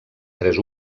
tres